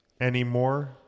anymore